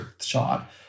shot